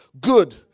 good